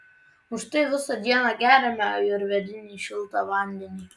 už tai visą dieną geriame ajurvedinį šiltą vandenį